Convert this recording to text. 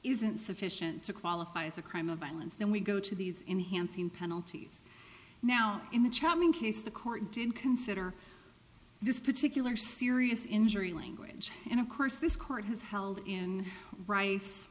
insufficient to qualify as a crime of violence then we go to these enhancing penalties now in the chumming case the court didn't consider this particular serious injury language and of course this court has held in